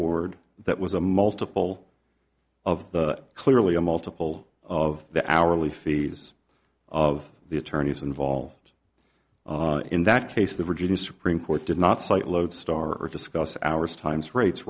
ard that was a multiple of clearly a multiple of the hourly fees of the attorneys involved in that case the virginia supreme court did not cite lodestar or discuss hours times rates